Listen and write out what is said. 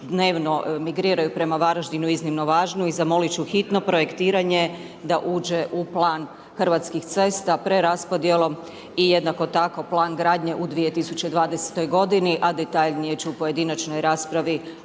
dnevno migriraju prema Varaždinu iznimno važnu i zamolit ću hitno projektiranje da uđe u plan Hrvatskih cesta preraspodjelom i jednako tako Plan gradnje u 2020. godini, a detaljnije ću u pojedinačnoj raspravi